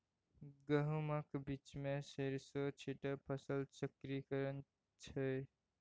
गहुमक बीचमे सरिसों छीटब फसल चक्रीकरण छै